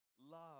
love